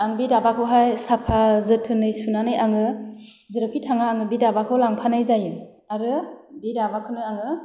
आं बि दाबाखौहाय साफा जोथोनै सुनानै आङो जेरावखि थाङा आङो बि दाबाखौ लांफानाय जायो आरो बि दाबाखौनो आङो